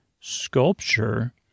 sculpture